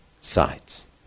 sides